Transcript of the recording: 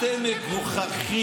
אתם לא מתביישים.